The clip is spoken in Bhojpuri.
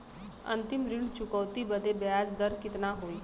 अंतिम ऋण चुकौती बदे ब्याज दर कितना होई?